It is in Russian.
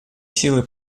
силы